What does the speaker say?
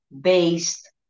based